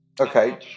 Okay